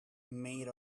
made